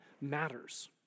matters